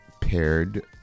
paired